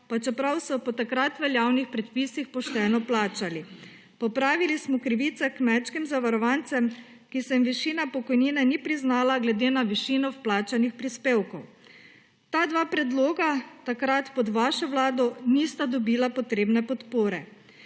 pa čeprav so jo po takrat veljavnih predpisih pošteno plačali. Popravili smo krivce kmečkim zavarovancem, ki se jim višina pokojnine ni priznala glede na višino vplačanih prispevkov. Ta dva predloga takrat pod vašo vlado nista dobila potrebne podpore.